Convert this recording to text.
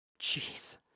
Jeez